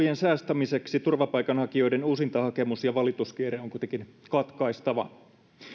rahojen säästämiseksi turvapaikanhakijoiden uusintahakemus ja valituskierre on kuitenkin katkaistava